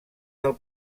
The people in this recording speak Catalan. del